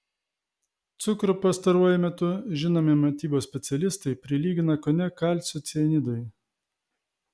cukrų pastaruoju metu žinomi mitybos specialistai prilygina kone kalcio cianidui